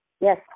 Yes